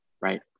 right